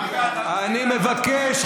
(חבר הכנסת דוד אמסלם יוצא מאולם המליאה.) אני מבקש,